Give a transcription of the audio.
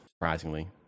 surprisingly